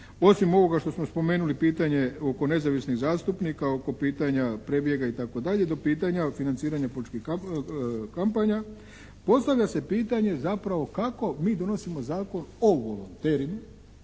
osim ovoga što smo spomenuli pitanje oko nezavisnih zastupnika, oko pitanja prebjega itd. do pitanja financiranja političkih kampanja. Postavlja se pitanje zapravo kako mi donosimo Zakon o volonterima,